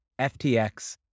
FTX